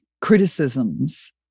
criticisms